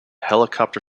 helicopter